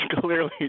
clearly